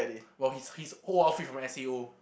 while his his old outfit from S_A_O